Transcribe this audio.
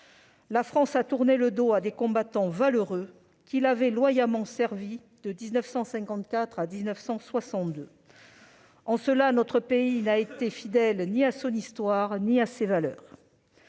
La France a tourné le dos à des combattants valeureux, qui l'avaient loyalement servie de 1954 à 1962. En cela, notre pays n'a été fidèle ni à son histoire ni à ses valeurs.